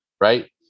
Right